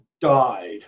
died